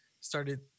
started